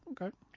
Okay